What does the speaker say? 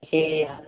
दे